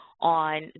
on